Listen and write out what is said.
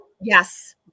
Yes